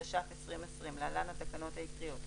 התש"ף-2020 (להלן התקנות העיקריות),